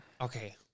Okay